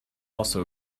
also